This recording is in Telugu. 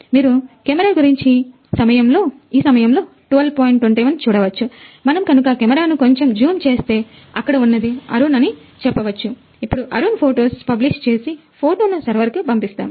మీరు కెమెరా గురించి ఈ సమయంలో కు పంపిస్తుంది